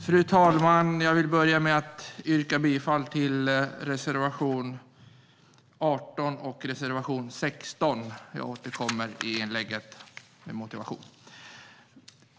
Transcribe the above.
Fru talman! Jag vill börja med att yrka bifall till reservation 18 och reservation 16. Jag återkommer senare i anförandet till motiveringen.